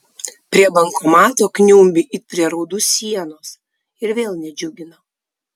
prie bankomato kniumbi it prie raudų sienos ir vėl nedžiugina